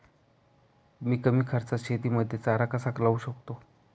मी कमी खर्चात शेतीमध्ये चारा कसा लावू शकतो?